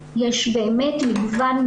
יש לך נתון כזה?